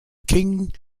king